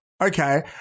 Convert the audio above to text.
Okay